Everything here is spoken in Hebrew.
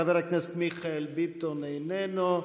חבר הכנסת מיכאל ביטון, איננו.